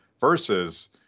versus